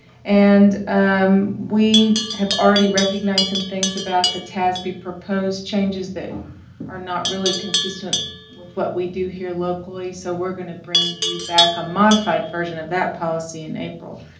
and we have already recognized some things about the tasb-proposed changes that are not really consistent with what we do here locally, so, we're going to bring you back a modified version of that policy in april.